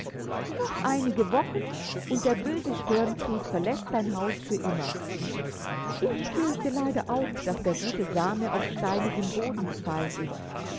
noch einige wochen und der böse störenfried verläßt dein haus für immer ich fürchte leider auch daß der gute same auf steinigen boden gefallen ist